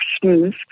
smooth